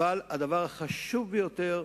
אבל הדבר החשוב ביותר,